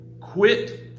Quit